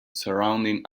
surrounding